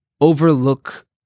overlook